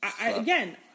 Again